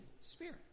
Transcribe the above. Spirit